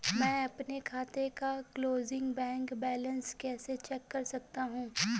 मैं अपने खाते का क्लोजिंग बैंक बैलेंस कैसे चेक कर सकता हूँ?